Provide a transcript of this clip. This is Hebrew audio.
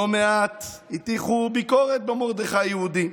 לא מעט הטיחו ביקורת במרדכי היהודי: